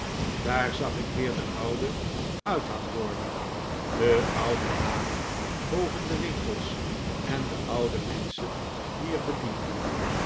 daar zag ik weer de oude uithangborden de oude namen boven de winkels en de oude menschen die er bedienden